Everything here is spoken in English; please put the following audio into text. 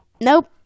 Nope